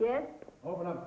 get over